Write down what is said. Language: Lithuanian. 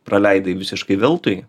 praleidai visiškai veltui